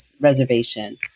Reservation